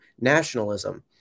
nationalism